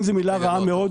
עודפים זה מילה רעה מאוד.